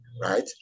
right